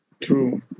True